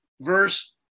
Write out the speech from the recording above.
verse